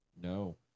No